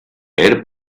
leer